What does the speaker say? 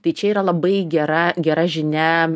tai čia yra labai gera gera žinia